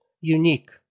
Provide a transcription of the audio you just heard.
unique